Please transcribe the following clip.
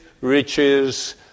riches